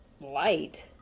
light